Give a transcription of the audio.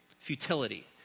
futility